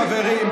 חברים,